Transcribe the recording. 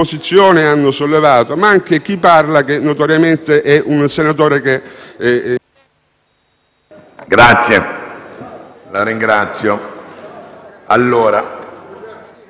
hanno sollevato, ma anche chi parla, che notoriamente è un senatore che... *(Il microfono